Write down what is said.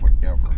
forever